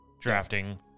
drafting